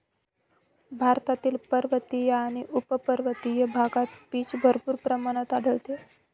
भारतातील पर्वतीय आणि उपपर्वतीय भागात पीच भरपूर प्रमाणात आढळते